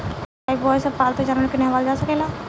Lifebuoy से पाल्तू जानवर के नेहावल जा सकेला